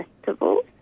festival